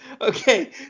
okay